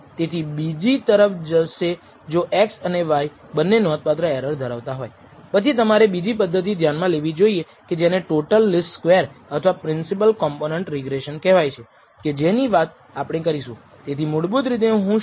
તેથી ઘટાડો કરેલ મોડેલ પૂરતું છે કે નહીં તે ચકાસવા માટે F ટેસ્ટ કરવા પહેલાં અથવા આપણે પૂર્ણ મોડેલ સ્વીકારવું જોઈએ આપણે સમ સ્કવેર્ડ કોન્ટીટીસ માટે કેટલીક વ્યાખ્યાઓનો ઉપયોગ કરીશું